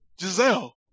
Giselle